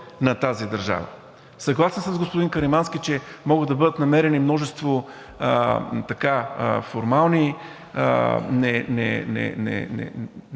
на тази държава. Съгласен съм с господин Каримански, че могат да бъдат намерени множество формални, не